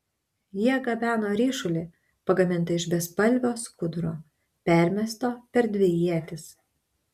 jie gabeno ryšulį pagamintą iš bespalvio skuduro permesto per dvi ietis